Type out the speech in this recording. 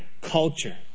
culture